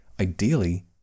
ideally